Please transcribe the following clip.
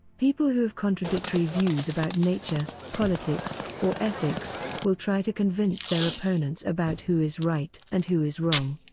people who have contradictory views about nature, politics, or ethics will try to convince their opponents about who is right and who is wrong.